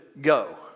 go